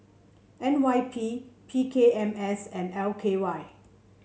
N Y P P K M S and L K Y